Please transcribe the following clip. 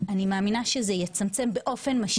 אני מאמינה שזה יצמצם באופן משמעותי.